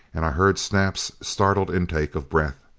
and i heard snap's startled intake of breath.